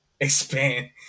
expand